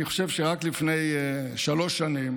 אני חושב שרק לפני שלוש שנים